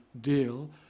deal